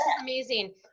amazing